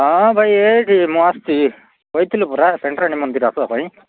ହଁ ଭାଇ ଏଇଠି ମୁଁ ଆସୁଛି କହିଥିଲି ପରା ମନ୍ଦିର ଆସିବା ପାଇଁ